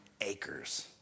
acres